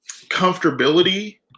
comfortability